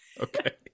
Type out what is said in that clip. Okay